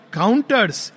counters